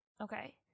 Okay